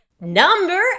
number